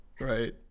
Right